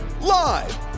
Live